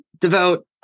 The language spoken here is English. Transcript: devote